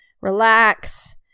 Relax